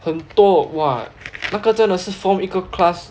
很多 !wah! 那个真的是 form 一个 class